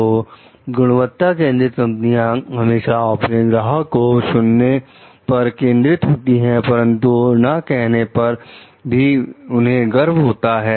तो गुणवत्ता केंद्रित कंपनियां हमेशा अपने ग्राहक को सुनने पर केंद्रित होती हैं परंतु ना कहने पर भी उन्हें गर्व होता है